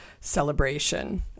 celebration